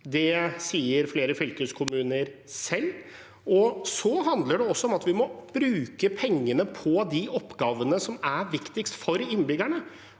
det sier flere fylkeskommuner selv. Dette handler også om at vi må bruke pengene på de oppgavene som er viktigst for innbyggerne.